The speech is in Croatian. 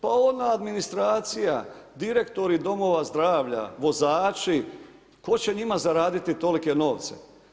Pa ona administracija, direktori domova zdravlja, vozači, tko će njima zaraditi tolike novce.